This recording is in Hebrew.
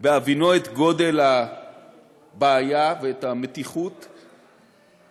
בהבינו את גודל הבעיה ואת המתיחות שנוצרה,